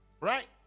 Right